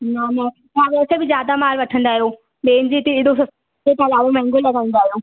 न न तव्हां वैसे बि जादा माल वठंदा आहियो ॿियनि जे हिते एॾो सस्तो तव्हां ॾाढो महांगो लॻाईंदा आहियो